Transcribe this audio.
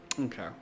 Okay